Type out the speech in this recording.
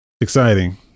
exciting